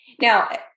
now